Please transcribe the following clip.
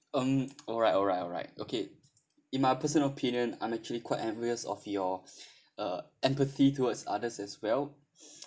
um alright alright alright okay in my personal opinion I'm actually quite envious of your uh empathy towards others as well